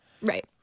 Right